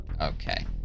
Okay